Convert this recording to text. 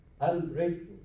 Ungrateful